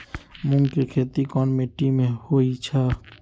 मूँग के खेती कौन मीटी मे होईछ?